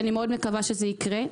אני מקווה מאוד שזה יקרה.